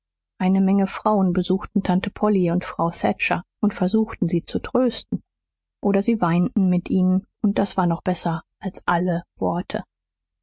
eine menge frauen besuchten tante polly und frau thatcher und versuchten sie zu trösten oder sie weinten mit ihnen und das war noch besser als alle worte